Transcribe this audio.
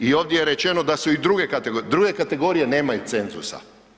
I ovdje je rečeno da su i druge kategorije, druge kategorije nemaju cenzusa.